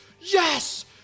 yes